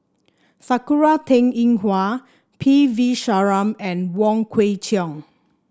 Sakura Teng Ying Hua P V Sharma and Wong Kwei Cheong